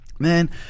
man